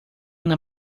una